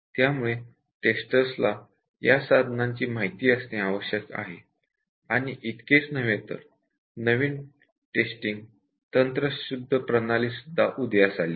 त्यामुळे टेस्टरला या टूल्सची माहिती असणे आवश्यक आहे आणि इतकेच नव्हे तर नवीन टेस्टिंग टेक्निक्स उदयास आली आहेत